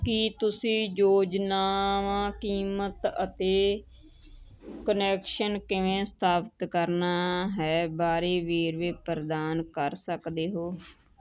ਕੀ ਤੁਸੀਂ ਯੋਜਨਾਵਾਂ ਕੀਮਤ ਅਤੇ ਕੁਨੈਕਸ਼ਨ ਕਿਵੇਂ ਸਥਾਪਤ ਕਰਨਾ ਹੈ ਬਾਰੇ ਵੇਰਵੇ ਪ੍ਰਦਾਨ ਕਰ ਸਕਦੇ ਹੋ